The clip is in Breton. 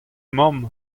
mamm